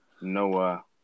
Noah